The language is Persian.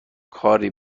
کاری